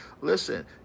listen